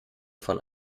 von